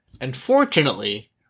Unfortunately